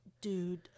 Dude